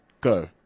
Go